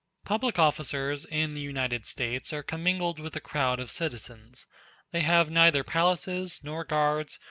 public officers in the united states are commingled with the crowd of citizens they have neither palaces, nor guards,